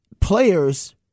players